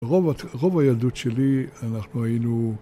ברוב הילדות שלי אנחנו היינו...